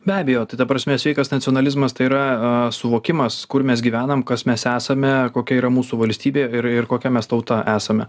be abejo tai ta prasme sveikas nacionalizmas tai yra suvokimas kur mes gyvenam kas mes esame kokia yra mūsų valstybė ir ir kokia mes tauta esame